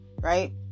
right